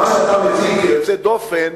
וזה היוצא דופן.